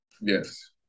yes